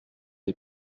est